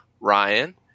Ryan